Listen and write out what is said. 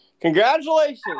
Congratulations